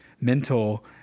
mental